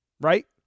Right